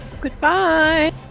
Goodbye